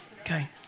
Okay